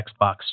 Xbox